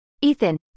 Ethan